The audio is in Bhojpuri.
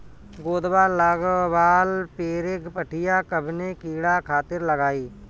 गोदवा लगवाल पियरकि पठिया कवने कीड़ा खातिर लगाई?